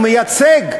הוא מייצג.